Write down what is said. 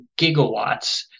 gigawatts